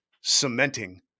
cementing